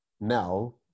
now